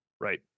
right